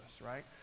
right